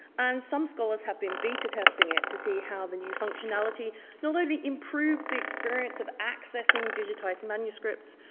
and some scholars have been beta testing it to see how the new functionality not only improves the experience of accessing digitized manuscripts,